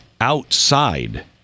outside